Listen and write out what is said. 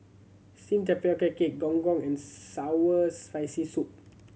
steamed tapioca cake Gong Gong and sour Spicy Soup